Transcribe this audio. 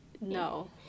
no